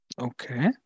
Okay